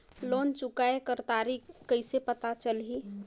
Loan चुकाय कर तारीक कइसे पता चलही?